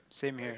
same here